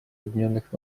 объединенных